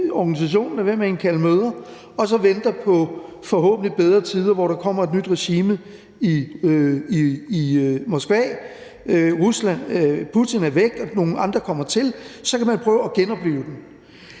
organisation, vi lader være med at indkalde til møder, og så venter vi på forhåbentlig bedre tider, hvor der kommer et nyt regime i Moskva, når Putin er væk, og nogle andre er kommet til, og så kan vi prøve at genoplive den.